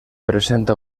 presenta